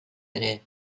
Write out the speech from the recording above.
ere